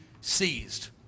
seized